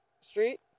Street